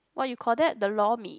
what you call that the Lor-Mee